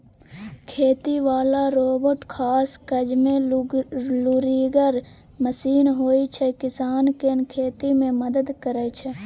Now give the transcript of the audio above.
खेती बला रोबोट खास काजमे लुरिगर मशीन होइ छै किसानकेँ खेती मे मदद करय छै